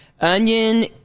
Onion